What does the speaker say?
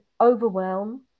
overwhelm